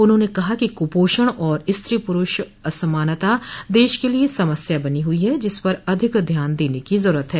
उन्होंने कहा कि कुपोषण और स्त्री पुरूष असमानता देश के लिए समस्या बनी हुई है जिस पर अधिक ध्यान देने की जरूरत है